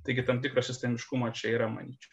taigi tam tikro sistemiškumo čia yra manyčiau